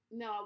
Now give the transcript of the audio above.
no